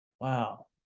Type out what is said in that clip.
wow